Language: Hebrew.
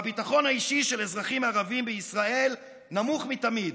והביטחון האישי של אזרחים ערבים בישראל נמוך מתמיד.